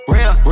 Real